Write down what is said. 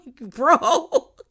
Bro